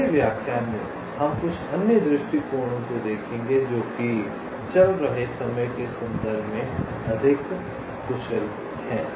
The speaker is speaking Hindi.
अगले व्याख्यान में हम कुछ अन्य दृष्टिकोणों को देखेंगे जो कि चल रहे समय के संदर्भ में अधिक कुशल हैं